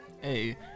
hey